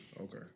Okay